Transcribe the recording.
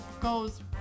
Goes